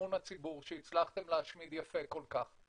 אמון הציבור שהצלחתם להשמיד יפה כל כך.